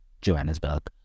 Johannesburg